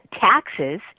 taxes